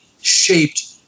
shaped